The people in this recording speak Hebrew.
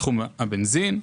בתחום הבנזין,